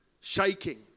shaking